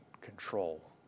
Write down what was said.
control